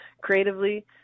creatively